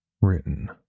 Written